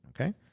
Okay